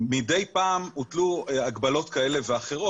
מדי פעם הוטלו הגבלות כאלה ואחרות.